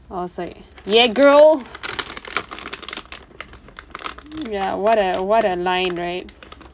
I was like ya girl ya what a what a line right